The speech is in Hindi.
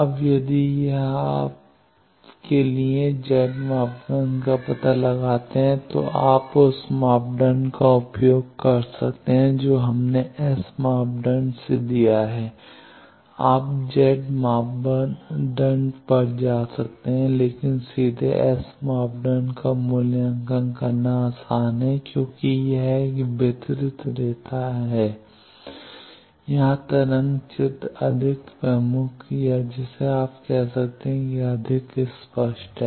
अब यदि यह आप के लिए Z मापदंड का पता लगाते हैं तो आप उस मापदंड का उपयोग कर सकते हैं जो हमने S मापदंड से दिया है आप Z मापदंड पर जा सकते हैं लेकिन सीधे S मापदंड का मूल्यांकन करना आसान है क्योंकि यह एक वितरित रेखा है यहां तरंग चित्र अधिक प्रमुख या जिसे आप कह सकते हैं अधिक स्पष्ट है